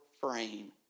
frame